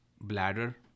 bladder